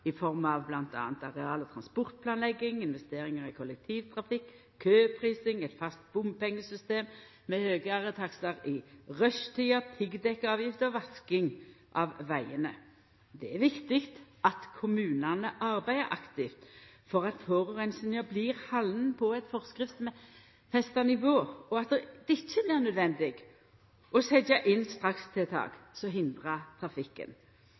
i form av m.a. areal- og transportplanlegging, investeringar i kollektivtrafikk, køprising, eit fast bompengesystem med høgare takstar i rushtida, piggdekkavgift og vasking av vegane. Det er viktig at kommunane arbeider aktivt for at forureininga blir halden på eit forskriftsfesta nivå, og at det ikkje blir naudsynt å setja inn strakstiltak som hindrar trafikken.